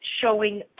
showing